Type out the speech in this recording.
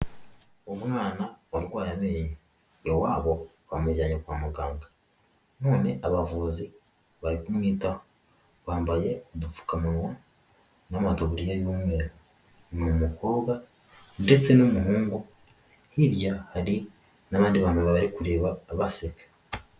Umwana warwaye iwabo bamujyanye kwa muganga none abavuzi bari kumwitaho, bambaye udupfukamuwa n'amataburiya y'umweru n'umukobwa ndetse n'umuhungu hirya hari n'abandi bantu barikureba baseka.